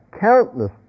countless